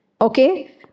Okay